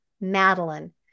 Madeline